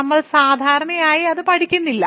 നമ്മൾ സാധാരണയായി അത് പഠിക്കുന്നില്ല